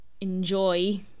enjoy